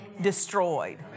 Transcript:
destroyed